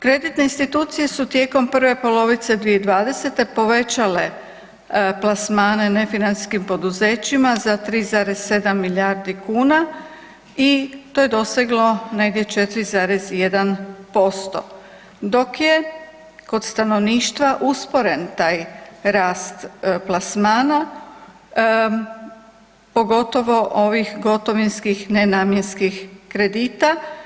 Kreditne institucije su tijekom prve polovice 2020.povećale plasmane nefinancijskim poduzećima za 3,7 milijardi kuna i to je doseglo negdje 4,1%, dok je kod stanovništva usporen taj rast plasmana, pogotovo ovih gotovinskih nenamjenskih kredita.